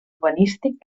urbanístic